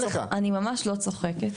ממש לא צוחקת,